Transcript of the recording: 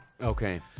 Okay